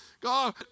God